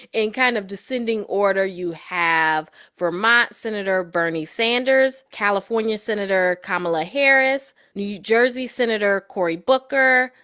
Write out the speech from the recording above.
in kind of descending order, you have vermont senator bernie sanders, california senator kamala harris, new jersey senator cory booker,